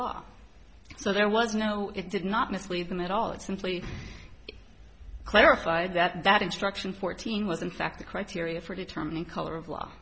law so there was no it did not mislead them at all it simply clarified that that instruction fourteen was in fact the criteria for determining color of law